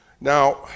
Now